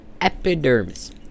Epidermis